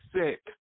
sick